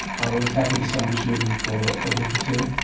i was back into sinus rhythm for a week or two,